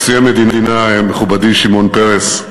נשיא המדינה, מכובדי שמעון פרס,